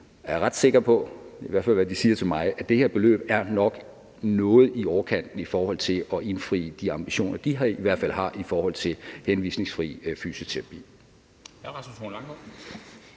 siger til mig – at det her beløb nok er noget i overkanten i forhold til at indfri de ambitioner, de i hvert fald har i forhold til henvisningsfri fysioterapi.